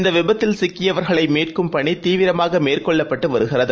இந்த விபத்தில் சிக்கியவர்களை மீட்கும் பணி தீவிரமாக மேற்கொள்ளப்பட்டு வருகிறது